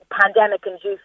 pandemic-induced